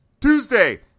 Tuesday